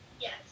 yes